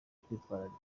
kwitwararika